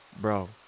Bro